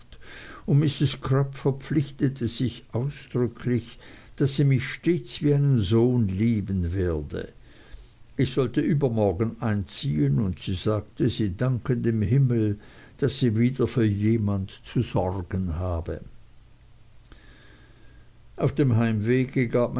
und mrs crupp verpflichtete sich ausdrücklich daß sie mich stets wie einen sohn lieben werde ich sollte übermorgen einziehen und sie sagte sie danke dem himmel daß sie wieder für jemand zu sorgen habe auf dem heimwege